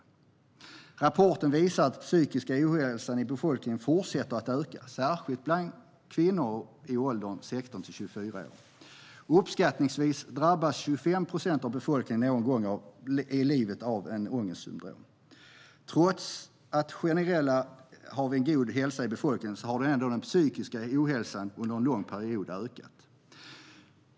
Enligt rapporten fortsätter den psykiska ohälsan bland befolkningen att öka, särskilt bland kvinnor i åldrarna 16-24 år. Uppskattningsvis drabbas 25 procent av befolkningen någon gång i livet av ett ångestsymtom. Trots en generellt god hälsa hos befolkningen har den psykiska ohälsan ökat under en lång period.